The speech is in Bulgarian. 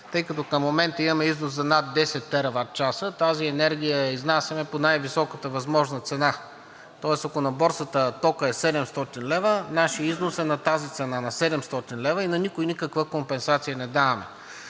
тъй като към момента имаме износ за над 10 тераватчаса. Тази енергия я изнасяме по най-високата възможна цена. Тоест, ако на борсата токът е 700 лв., нашият износ е на тази цена – на 700 лв., и на никого никаква компенсация не даваме.